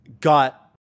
got